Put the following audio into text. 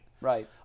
Right